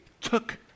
took